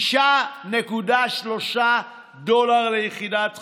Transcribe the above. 6.3 דולר ליחידת חום,